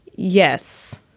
yes.